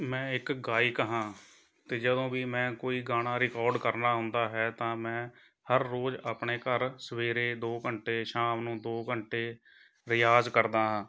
ਮੈਂ ਇੱਕ ਗਾਇਕ ਹਾਂ ਅਤੇ ਜਦੋਂ ਵੀ ਮੈਂ ਕੋਈ ਗਾਣਾ ਰਿਕੋਡ ਕਰਨਾ ਹੁੰਦਾ ਹੈ ਤਾਂ ਮੈਂ ਹਰ ਰੋਜ਼ ਆਪਣੇ ਘਰ ਸਵੇਰੇ ਦੋ ਘੰਟੇ ਸ਼ਾਮ ਨੂੰ ਦੋ ਘੰਟੇ ਰਿਆਜ਼ ਕਰਦਾ ਹਾਂ